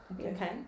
Okay